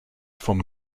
from